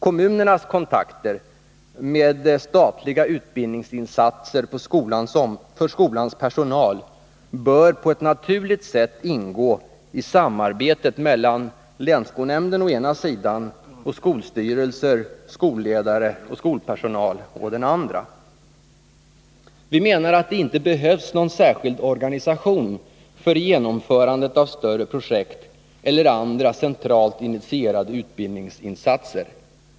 Kommunernas kontakter med statliga utbildningsinsatser för skolans personal bör på ett naturligt sätt ingå i samarbetet mellan länsskolnämnden å ena sidan och skolstyrelser, skolledare och skolpersonal å den andra. Vi menar att det inte behövs någon särskild organisation för genomförandet av större projekt eller andra centralt initierade utbildningsinsatser.